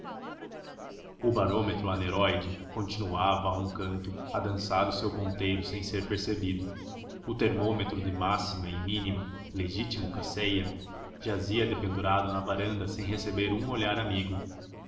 o barômetro aneróide continuava a um canto a dançar o seu ponteiro sem ser percebido o termômetro de máxima e mínima legítimo casella jazia pendurado na varanda sem receber um olhar amigo